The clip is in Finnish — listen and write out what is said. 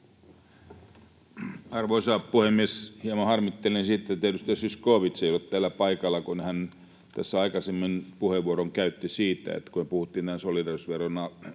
Arvoisa puhemies! Hieman harmittelen sitä, että edustaja Zyskowicz ei ole täällä paikalla. Hän tässä aikaisemmin puheenvuoron käytti siitä, kun me puhuttiin tästä solidaarisuusveron rajan